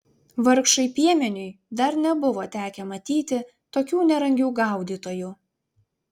vargšui piemeniui dar nebuvo tekę matyti tokių nerangių gaudytojų